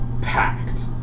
packed